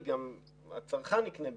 גם הצרכן יקנה בזול.